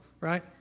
right